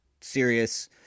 serious